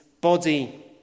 body